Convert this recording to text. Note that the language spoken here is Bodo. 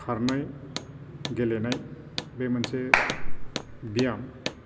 खारनाय गेलेनाय बे मोनसे बियाम